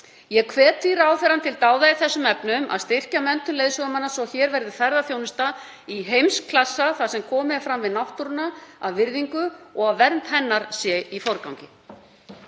Ég hvet því ráðherrann til dáða í þessum efnum, að styrkja menntun leiðsögumanna svo hér verði ferðaþjónusta í heimsklassa þar sem komið er fram við náttúruna af virðingu og að vernd hennar sé í forgangi.